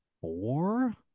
four